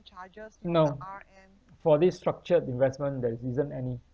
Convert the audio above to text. no for this structured investment there is isn't any